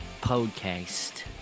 podcast